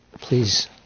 Please